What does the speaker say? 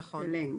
נכון.